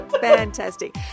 Fantastic